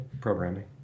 programming